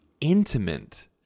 intimate